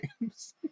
games